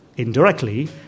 Indirectly